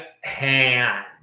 hand